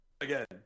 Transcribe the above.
Again